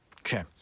Okay